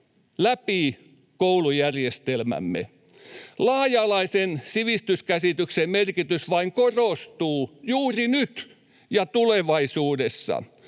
läpi koulujärjestelmämme. Laaja-alaisen sivistyskäsityksen merkitys vain korostuu juuri nyt ja tulevaisuudessa.